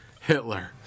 Hitler